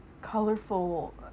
colorful